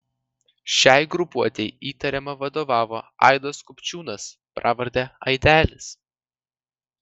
šiai grupuotei įtariama vadovavo aidas kupčiūnas pravarde aidelis